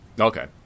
Okay